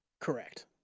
Correct